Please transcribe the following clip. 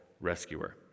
rescuer